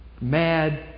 Mad